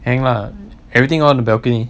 hang lah everything all on the balcony